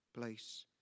place